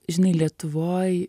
žinai lietuvoj